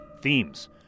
Themes